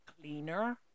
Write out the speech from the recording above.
cleaner